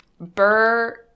Burr